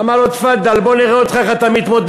אמר לו: תפאדל, בוא נראה אותך, איך אתה מתמודד.